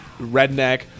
redneck